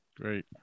Great